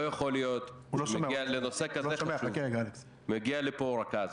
לא יכול להיות שלנושא כזה חשוב מגיע לפה רכז,